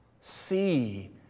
See